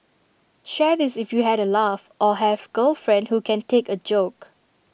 share this if you had A laugh or have girlfriend who can take A joke